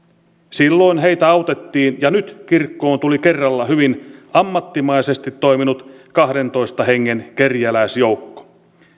silloin heitä autettiin ja nyt kirkkoon tuli kerralla hyvin ammattimaisesti toiminut kahdentoista hengen kerjäläisjoukko